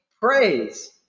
praise